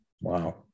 Wow